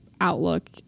outlook